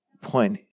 point